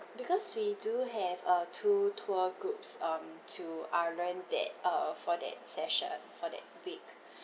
because we do have uh two tour groups um to ireland that uh for that session for that big